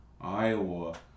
Iowa